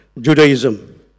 Judaism